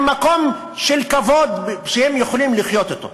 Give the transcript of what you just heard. מקום של כבוד שהם יכולים לחיות אתו.